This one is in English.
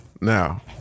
now